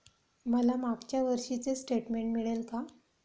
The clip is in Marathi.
मला मागच्या वर्षीचे स्टेटमेंट मिळेल का?